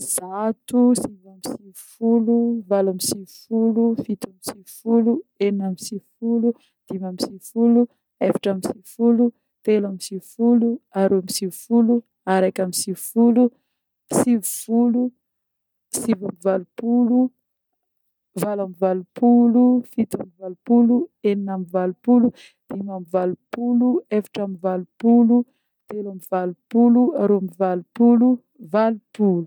zato, sivy amby sivifolo, valo amby sivifolo, fito amby sivifolo, enigna amby sivifolo, dimy amby sivifolo, efatra amby sivifolo, telo amby sivifolo, aroa amby sivifolo, areky amby sivifolo, sivy folo, sivy amby valopolo, valo amby valopolo, fito amby valopolo, enigna amby valopolo, dimy amby valopolo, efatra amby valopolo, telo amby valopolo, aroa amby valopolo, valopolo